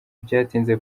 byatinze